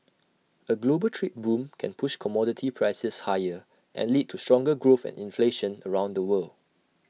A global trade boom can push commodity prices higher and lead to stronger growth and inflation around the world